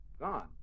Gone